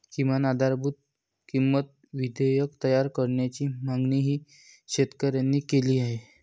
किमान आधारभूत किंमत विधेयक तयार करण्याची मागणीही शेतकऱ्यांनी केली आहे